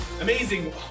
Amazing